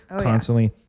constantly